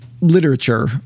literature